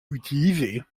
utilisé